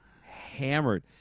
Hammered